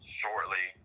shortly